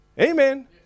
Amen